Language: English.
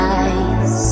eyes